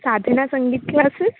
साधना सङ्गीत् क्लासस्